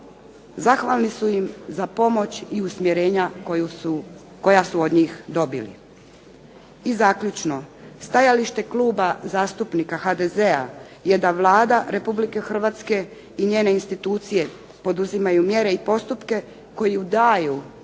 zahvalni su im za pomoć i usmjerenja koja su od njih dobili. I zaključno, stajalište Kluba zastupnika HDZ-a je da Vlada Republike Hrvatske i njene institucije poduzimaju mjere i postupke koji daju